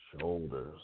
Shoulders